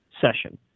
session